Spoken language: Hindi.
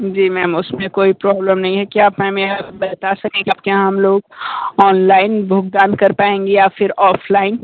जी मैम उसमें कोई प्रोब्लम नहीं है क्या आप मैम यह बता सकें कि आपके यहाँ हम लोग ऑनलाइन भुगतान कर पाएंगे या फिर ऑफलाइन